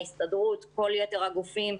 עם ההסתדרות וכל יתר הגופים.